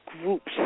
groups